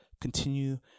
Continue